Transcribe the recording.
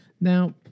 Now